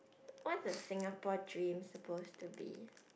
what's a Singapore dream supposed to be